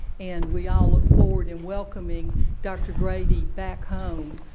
and we all look forward in welcoming dr. grady back home,